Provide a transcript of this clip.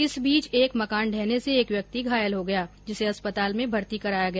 इस बीच एक मकान ढहने से एक व्यक्ति घायल हो गया जिसे अस्पताल में भर्ती कराया गया